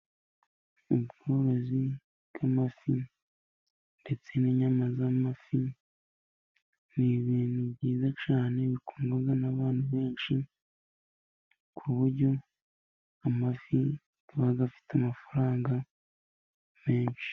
Ubworozi bw'amafi, ndetse n'inyama z'amafi, ni ibintu byiza cyane bikundwa n'abantu benshi. Ku buryo amafi aba afite amafaranga menshi.